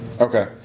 Okay